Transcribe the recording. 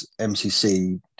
MCC